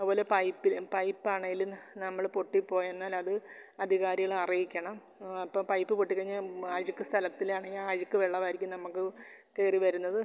അതുപോലെ പൈപ്പ് പൈപ്പാണെങ്കിലും നമ്മൾ പൊട്ടിപ്പോയെന്നാൽ അത് അധികാരികളെ അറിയിക്കണം അപ്പോൾ പൈപ്പ് പൊട്ടിക്കഴിഞ്ഞാൽ അഴുക്ക് സ്ഥലത്തിലാണെങ്കിൽ അഴുക്കു വെള്ളമായിരിക്കും നമുക്ക് കയറി വരുന്നത്